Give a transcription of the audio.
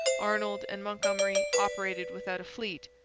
arnold and montgomery operated without a fleet.